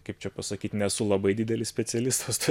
kaip čia pasakyti nesu labai didelis specialistas